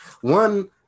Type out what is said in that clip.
One